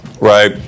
right